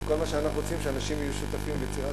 וכל מה שאנחנו רוצים זה שאנשים יהיו שותפים ביצירה